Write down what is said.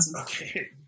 okay